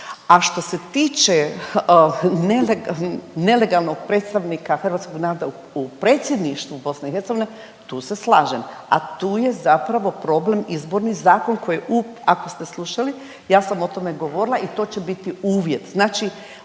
a što se tiče nelegalnog predstavnika hrvatskog naroda u Predsjedništvu BiH tu se slažem, a tu je zapravo problem Izborni zakon koji je u ako ste slušali, ja sam o tome govorila i to će biti uvjet.